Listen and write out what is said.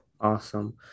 Awesome